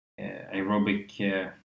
aerobic